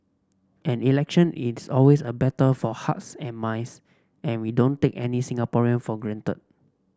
an election is always a battle for hearts and minds and we don't take any Singaporean for granted